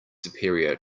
superior